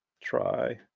Try